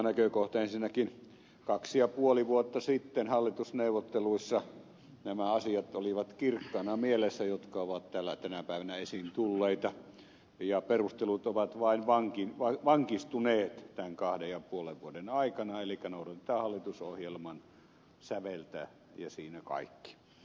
ensinnäkin kaksi ja puoli vuotta sitten hallitusneuvotteluissa olivat kirkkaana mielessä nämä asiat jotka ovat täällä tänä päivänä esiin tulleita ja perustelut ovat vain vankistuneet tämän kahden ja puolen vuoden aikana elikkä noudatetaan hallitusohjelman säveltä ja siinä kaikki